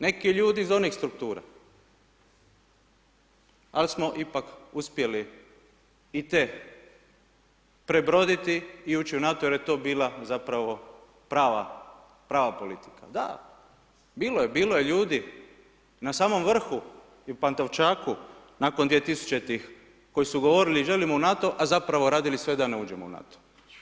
Neki ljudi iz onih struktura, ali smo ipak uspjeli i te prebroditi i ući u NATO jer je to bila zapravo prava politika, da, bio je ljudi na samom vrhu i Pantovčaku nakon 2000. koji su govorili želimo u NATO a zapravo radili su sve da ne uđemo u NATO.